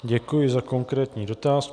Děkuji za konkrétní dotaz.